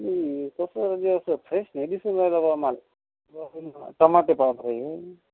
काय हे कसं म्हणजे असं फ्रेश नाही दिसून राहिलं बा माल टमाटे पाव पाहिजे